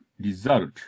result